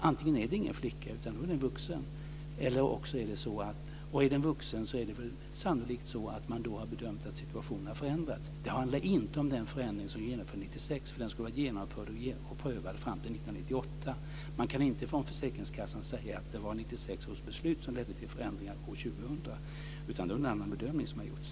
Antingen är det inte en flicka utan en vuxen person, och är hon vuxen är det sannolikt så att man har bedömt att situationen har förändrats. Det handlar inte om den förändring som genomfördes 1996, eftersom en sådan skulle ha varit genomförd och prövad fram till 1998. Man kan från försäkringskassan inte säga att det var 1996 års beslut som ledde till förändringar år 2000, utan då har det gjorts en annan bedömning.